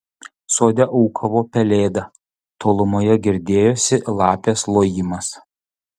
sode ūkavo pelėda tolumoje girdėjosi lapės lojimas